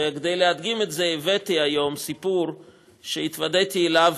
וכדי להדגים את זה הבאתי היום סיפור שהתוודעתי אליו,